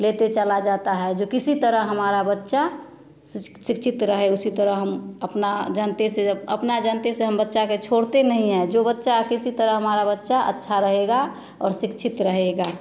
लेते चला जाता है जो किसी तरह हमारा बच्चा शिक्षित रहे उसी तरह हम अपना जनते से अपना जनते से हम बच्चा के छोड़ते नहीं है जो बच्चा किसी तरह हमारा बच्चा अच्छा रहेगा और शिक्षित रहेगा